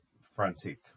frantic